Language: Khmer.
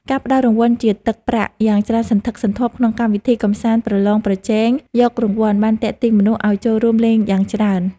ការផ្តល់រង្វាន់ជាទឹកប្រាក់យ៉ាងច្រើនសន្ធឹកសន្ធាប់ក្នុងកម្មវិធីកម្សាន្តប្រឡងប្រជែងយករង្វាន់បានទាក់ទាញមនុស្សឱ្យចូលរួមលេងយ៉ាងច្រើន។